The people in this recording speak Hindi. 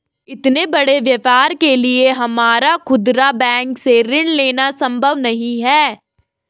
इतने बड़े व्यापार के लिए हमारा खुदरा बैंक से ऋण लेना सम्भव नहीं है